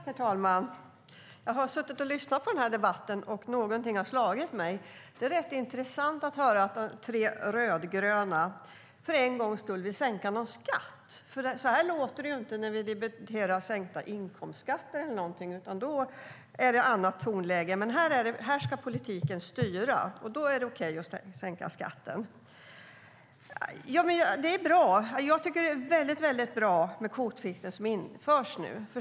Herr talman! Jag har suttit och lyssnat på debatten, och något har slagit mig. Det är rätt intressant att höra att tre rödgröna för en gångs skull vill sänka en skatt, för så här låter det ju inte när vi debatterar sänkta inkomstskatter eller något sådant, utan då är det annat tonläge. Men här ska politiken styra, och då är det okej att sänka skatten. Det är väldigt bra med den kvotplikt som införs nu.